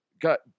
got